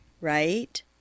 right